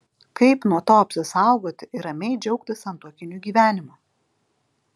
kaip nuo to apsisaugoti ir ramiai džiaugtis santuokiniu gyvenimu